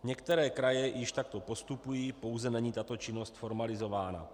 Některé kraje již takto postupují, pouze není tato činnost formalizována.